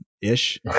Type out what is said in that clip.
ish